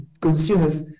consumers